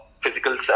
physical